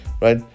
right